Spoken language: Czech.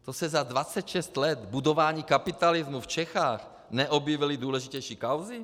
To se za 26 let budování kapitalismu v Čechách neobjevily důležitější kauzy?